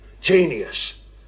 genius